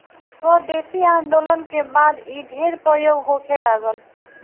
स्वदेशी आन्दोलन के बाद इ ढेर प्रयोग होखे लागल